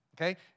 Okay